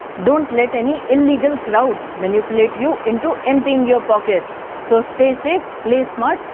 don't let any illegal crowd manipulate you into emptying your pockets. so stay safe, play smart,